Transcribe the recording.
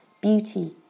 beauty